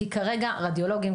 כי כרגע רדיולוגיה,